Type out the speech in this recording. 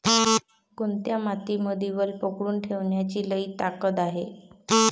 कोनत्या मातीमंदी वल पकडून ठेवण्याची लई ताकद हाये?